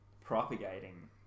propagating